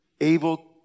able